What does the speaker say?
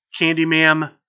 Candyman